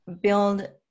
build